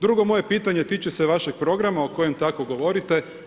Drugo moje pitanje tiče se vašeg programa o kojem tako govorite.